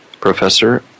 Professor